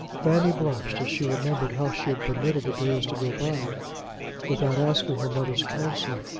fanny blushed as she remembered how she had permitted the days to go by without asking her mother's counsel.